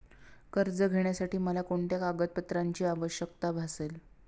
कर्ज घेण्यासाठी मला कोणत्या कागदपत्रांची आवश्यकता भासेल?